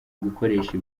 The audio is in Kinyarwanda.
gukoresha